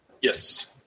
Yes